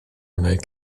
wneud